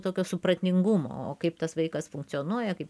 tokio supratingumo o kaip tas vaikas funkcionuoja kaip